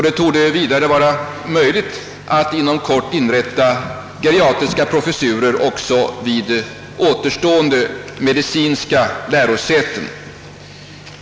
Det torde vidare vara möjligt att inom kort inrätta geriatriska professurer också vid återstående medicinska lärosäten.